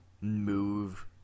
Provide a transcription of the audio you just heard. move